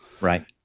Right